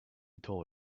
told